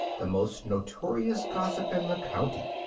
the most notorious gossip in the county.